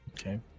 Okay